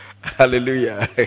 Hallelujah